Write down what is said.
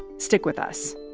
stick with us